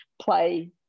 play